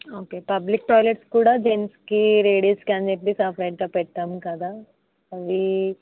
okay public toilets కూడా జెంట్స్కి లేడీస్కి అందరికీ సపరేటేగా పెట్టాము కదా అవి